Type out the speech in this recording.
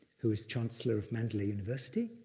who is chancellor of mandalay university.